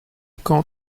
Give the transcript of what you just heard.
quand